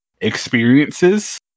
experiences